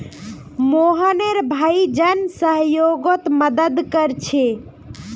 मोहनेर भाई जन सह्योगोत मदद कोरछे